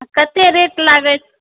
कते रेट लागत